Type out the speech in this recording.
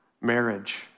marriage